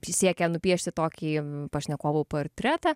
prisiekę nupiešti tokį pašnekovų portretą